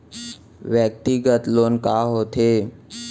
व्यक्तिगत लोन का होथे?